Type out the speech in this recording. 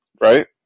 right